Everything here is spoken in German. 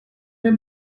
mehr